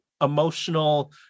emotional